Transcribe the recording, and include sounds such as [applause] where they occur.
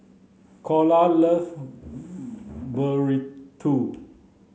Calla loves [unintelligible] Burrito